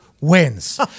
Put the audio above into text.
wins